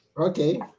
Okay